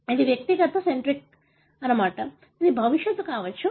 అది వ్యక్తిగత సెంట్రిక్ అది భవిష్యత్తు కావచ్చు